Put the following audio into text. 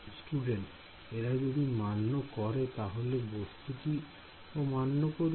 Student এরা যদি মান্য করে তাহলে বস্তুটি ও মান্য করবে